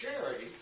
Charity